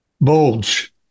bulge